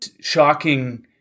shocking